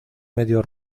medios